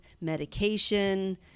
medication